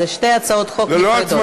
אלה שתי הצעות חוק נפרדות.